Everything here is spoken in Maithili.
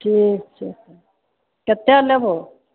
ठीक छै कत्तेक लेबहो